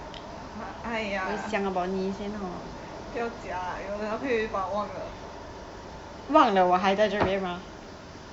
!aiya! 不要假有男朋友就把我忘了